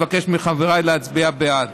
אני מבקש מחבריי להצביע בעד.